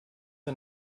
der